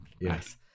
Yes